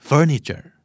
Furniture